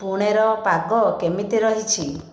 ପୁଣେର ପାଗ କେମିତି ରହିଛି